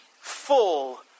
full